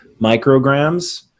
micrograms